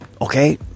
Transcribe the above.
Okay